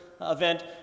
event